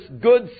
good